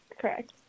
correct